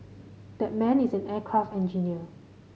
that man is an aircraft engineer